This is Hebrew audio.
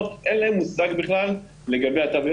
הירידה ב-50% נובעת משני דברים: 30% מהירידה זה תו ירוק,